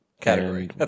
category